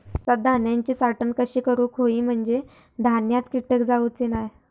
पावसात धान्यांची साठवण कशी करूक होई म्हंजे धान्यात कीटक जाउचे नाय?